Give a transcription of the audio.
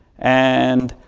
and